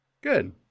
Good